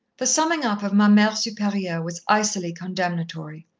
the summing up of ma mere superieure was icily condemnatory.